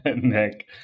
Nick